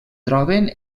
troben